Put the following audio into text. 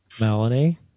Melanie